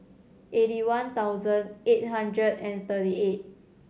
eighty one thousand eight hundred and thirty eight